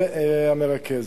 והמרכזת.